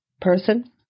person